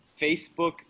Facebook